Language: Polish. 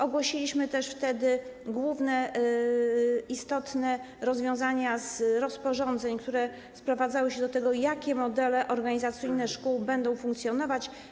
Ogłosiliśmy też wtedy główne, istotne rozwiązania z rozporządzeń, które sprowadzały się do tego, jakie modele organizacyjne szkół będą funkcjonować.